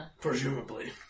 Presumably